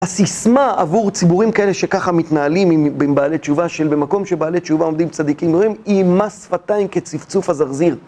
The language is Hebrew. הסיסמה עבור ציבורים כאלה שככה מתנהלים עם בעלי תשובה של במקום שבעלי תשובה עומדים צדיקים גמורים היא מס שפתיים כצפצוף הזרזיר